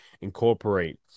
incorporate